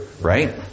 right